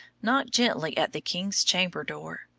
knocked gently at the king's chamber door.